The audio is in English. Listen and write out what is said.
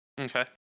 Okay